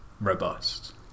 robust